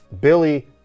Billy